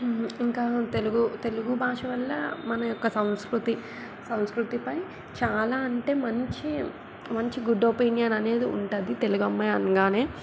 ఇంకా తెలుగు తెలుగు భాష వల్ల మన యొక్క సంస్కృతి సంస్కృతిపై చాలా అంటే మంచి మంచి గుడ్ ఒపీనియన్ అనేది ఉంటుంది తెలుగమ్మాయి అనగానే